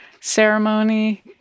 ceremony